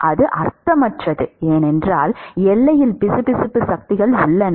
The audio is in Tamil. மாணவர் இது அர்த்தமற்றது ஏனென்றால் எல்லையில் பிசுபிசுப்பு சக்திகள் உள்ளன